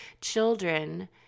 children